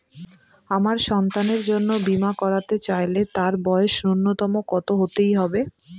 আমার সন্তানের জন্য বীমা করাতে চাইলে তার বয়স ন্যুনতম কত হতেই হবে?